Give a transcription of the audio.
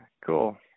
Cool